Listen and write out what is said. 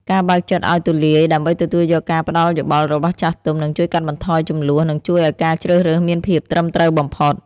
ការបើកចិត្តឱ្យទូលាយដើម្បីទទួលយកការផ្ដល់យោបល់របស់ចាស់ទុំ នឹងជួយកាត់បន្ថយជម្លោះ និងជួយឱ្យការជ្រើសរើសមានភាពត្រឹមត្រូវបំផុត។